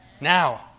Now